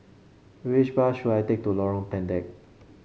which bus should I take to Lorong Pendek